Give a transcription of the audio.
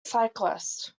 cyclist